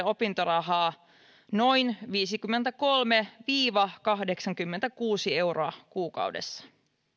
opintorahaa noin viisikymmentäkolme viiva kahdeksankymmentäkuusi euroa kuukaudessa